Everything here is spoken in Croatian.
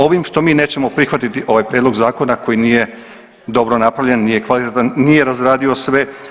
Ovim što mi nećemo prihvatiti ovaj prijedlog zakona koji nije dobro napravljen, nije kvalitetan, nije razradio sve.